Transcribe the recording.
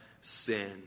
sin